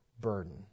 burden